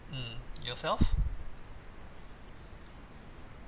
mm yourself